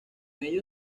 ello